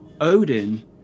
Odin